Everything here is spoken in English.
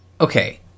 okay